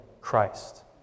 Christ